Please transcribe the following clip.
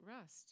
rest